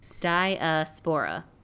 diaspora